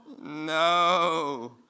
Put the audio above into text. No